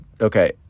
okay